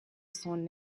son